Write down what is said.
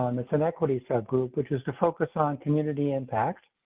um it's an equity sub group, which is to focus on community impact.